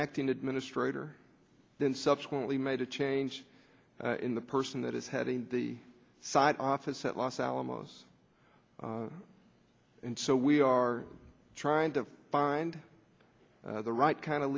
acting administrator then subsequently made a change in the person that is heading the office at los alamos and so we are trying to find the right kind of